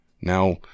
Now